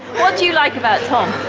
what do you like about tom?